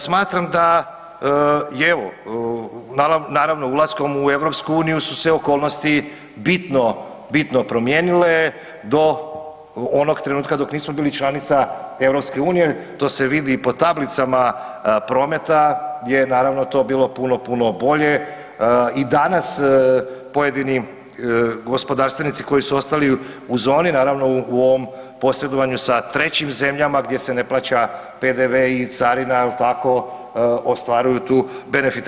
Smatram da je, evo, naravno, ulaskom u EU su se okolnosti bitno, bitno promijenile do onog trenutka dok nismo bili članica EU, to se vidi i po tablicama prometa gdje je naravno bilo puno, puno bolje i danas pojedini gospodarstvenici koji su ostali u zoni, naravno, u ovom posredovanju sa trećim zemljama, gdje se ne plaća PDV i carina, je li tako, ostvaruju tu benefite.